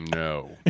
No